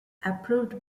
approved